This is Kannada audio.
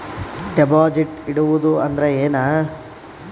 ಡೆಪಾಜಿಟ್ ಇಡುವುದು ಅಂದ್ರ ಏನ?